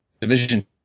Division